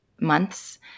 months